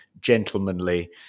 gentlemanly